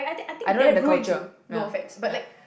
I don't like the culture ya ya